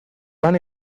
van